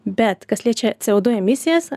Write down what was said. bet kas liečia c o du emisijas